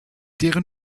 deren